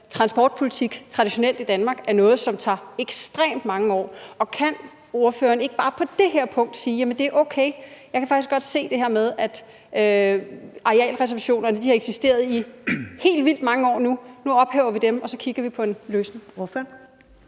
transportpolitik traditionelt i Danmark er noget, som tager ekstremt mange år? Kan ordføreren ikke bare på det her punkt sige: Det er okay, jeg kan faktisk godt se, at arealreservationerne har eksisteret i helt vildt mange år nu; nu ophæver vi dem, og så kigger vi på en løsning?